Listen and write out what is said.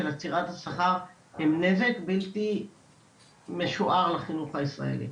של עצירת השכר הן נזק בלתי משוער לחינוך הישראלי.